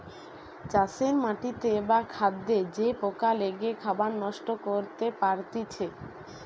চাষের মাটিতে বা খাদ্যে যে পোকা লেগে খাবার নষ্ট করতে পারতিছে